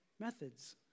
methods